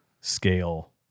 scale